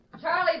Charlie